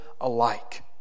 alike